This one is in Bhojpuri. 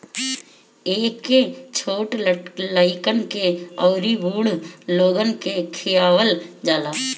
एके छोट लइकन के अउरी बूढ़ लोगन के खियावल जाला